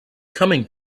coming